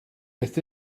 beth